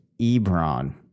Ebron